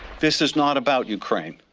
this is not about ukraine.